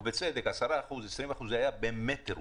ובצדק 20%-10% היה באמת טירוף.